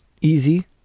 easy